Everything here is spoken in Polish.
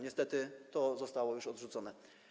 Niestety, to zostało już odrzucone.